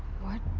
what.